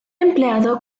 empleado